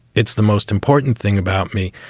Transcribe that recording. it's the most important thing about me.